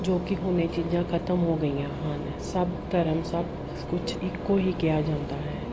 ਜੋ ਕਿ ਹੁਣ ਇਹ ਚੀਜ਼ਾਂ ਖਤਮ ਹੋ ਗਈਆਂ ਹਨ ਸਭ ਧਰਮ ਸਭ ਕੁਲਾਂ ਇੱਕੋ ਹੀ ਕਿਹਾ ਜਾਂਦਾ ਹੈ